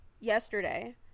yesterday